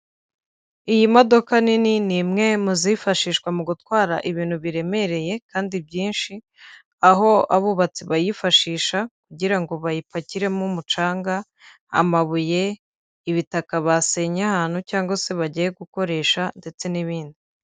Iyi modoka nini ni imwe mu zifashishwa mu gutwara ibintu biremereye kandi byinshi, aho abubatsi bayifashisha kugirango bayipakiremo umucanga, amabuye, ibitaka basenye ahantu cyangwa se bagiye gukoresha ndetse n'ibindi.